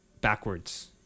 backwards